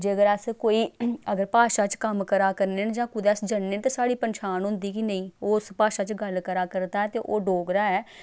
जेकर अस कोई अगर भाशा च कम्म करा करने न जां कुदै अस जन्ने ते साढ़ी पन्छान होंदी कि नेईं ओह् उस भाशा च गल्ल करा करदा ऐ ते ओह् डोगरा ऐ